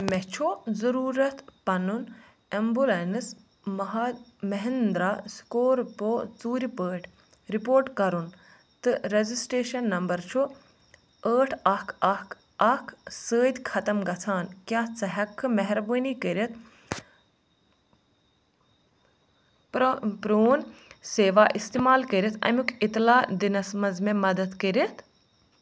مےٚ چھُ ضٔروٗرَتھ پَنُن اٮ۪مبُلٮ۪نٕس مہا مہِنٛدرٛا سٕکورپو ژوٗرِ پٲٹھۍ رِپورٹ کَرُن تہٕ رَجِسٹرٛیشَن نمبَر چھُ ٲٹھ اَکھ اَکھ اَکھ سۭتۍ ختم گژھان کیٛاہ ژٕ ہٮ۪ککھہٕ مہربٲنۍ کٔرِتھ پرٛون سیوا اِستعمال کٔرِتھ اَمیُک اطلاع دِنَس منٛز مےٚ مدتھ کٔرِتھ